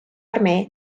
armee